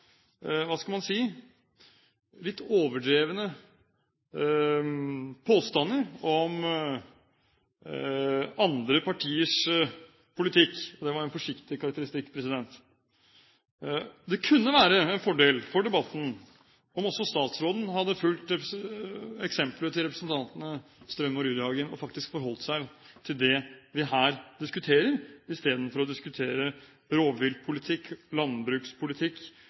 hva skal man si – litt overdrevne påstander om andre partiers politikk. Og det var en forsiktig karakteristikk. Det kunne være en fordel for debatten om også statsråden hadde fulgt eksemplet til representantene Strøm og Rudihagen og faktisk holdt seg til det vi her diskuterer, i stedet for å diskutere rovviltpolitikk, landbrukspolitikk